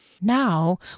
Now